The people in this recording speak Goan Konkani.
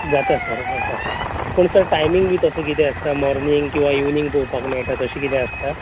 जाता सर जाता सर पूण सर टायमिंग बी तसो कितें आसता मोर्निंग किंवां इवनिंग पोवपाक मेळटा तशें कितें आसता